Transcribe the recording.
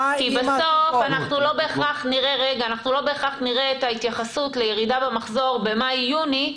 בסוף אנחנו לא בהכרח נראה את ההתייחסות לירידה במחזור במאי יוני,